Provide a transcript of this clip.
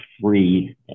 free